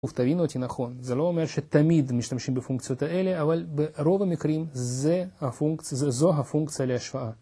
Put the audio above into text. ותבינו אותי נכון, זה לא אומר שתמיד משתמשים בפונקציות האלה, אבל ברוב המקרים זו הפונקציה להשוואה